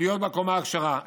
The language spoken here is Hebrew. להיות בקומה הכשרה,